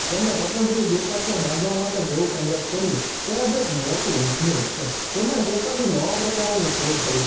તેમણે પતંજલિ પેપર્સને બાંધવા માટે જેવું સંઘર્ષ કર્યું તે આજે એક મોટું ઉદ્યોગ છે તેમણે પેપરની નવા પ્રકારોની શોધ કરી